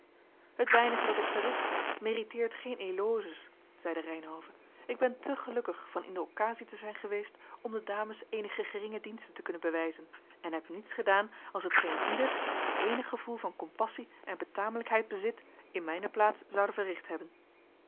het weinige dat ik verrichtte meriteert geen eloges zeide reynhove ik ben te gelukkig van in de occasie te zijn geweest om de dames eenige geringe diensten te kunnen bewijzen en heb niets gedaan als hetgeen ieder die eenig gevoel van compassie en betamelijkheid bezit in mijne plaats zoude verricht hebben